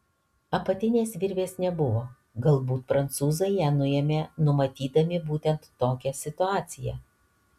apatinės virvės nebuvo galbūt prancūzai ją nuėmė numatydami būtent tokią situaciją